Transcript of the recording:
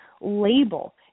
label